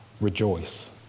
Rejoice